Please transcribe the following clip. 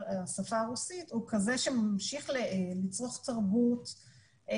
השפה הרוסית הוא כזה שממשיך לצרוך תרבות,